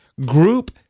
group